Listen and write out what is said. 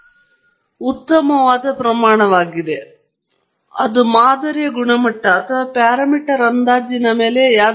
ನಾನು ಮಾದರಿಯ ಸಮೀಕರಣವನ್ನು ಮ್ಯಾಟ್ರಿಕ್ಸ್ ರೂಪದಲ್ಲಿ ಬರೆಯುವಾಗ ನಾವು ಇಲ್ಲಿ ಕಾಣುವ ದೊಡ್ಡ U ಮ್ಯಾಟ್ರಿಕ್ಸ್ ಚಿತ್ರದಲ್ಲಿ ಬರುತ್ತದೆ ಇದು ಮೂಲತಃ y ಅನ್ನು ಪ್ಯಾರಾಮೀಟರ್ಗಳಾದ ಬಿ ನಾಟ್ ಬಿ 1 ಮತ್ತು ಬಿ 2 ಗೆ ಸೂಚಿಸುತ್ತದೆ